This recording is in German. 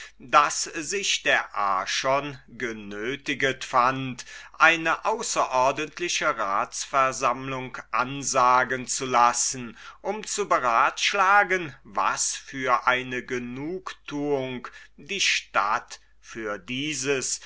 daß sich der archon genötiget fand eine außerordentliche ratsversammlung ansagen zu lassen um sich zu beraten was für eine genugtuung die stadt für dieses